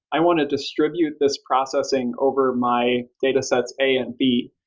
i want to distribute this processing over my datasets a and b,